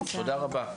תודה רבה.